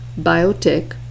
biotech